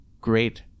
great